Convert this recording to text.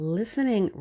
listening